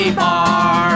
bar